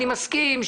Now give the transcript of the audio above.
אני מסכים,